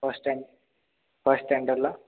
first stand first स्टॅण्डर्डला